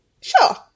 Sure